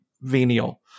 venial